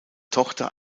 tochter